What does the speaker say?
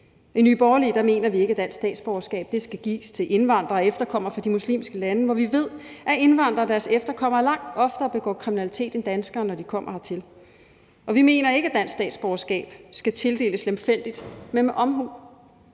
I Nye Borgerlige mener vi ikke, at dansk statsborgerskab skal gives til indvandrere og efterkommere fra de muslimske lande, hvor vi ved, at indvandrere og deres efterkommere langt oftere begår kriminalitet end danskere, når de kommer hertil. Vi mener ikke, at dansk statsborgerskab skal tildeles lemfældigt, men med omhu